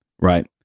right